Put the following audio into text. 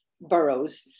Boroughs